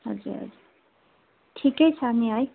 हजुर हजुर ठिकै छ नि है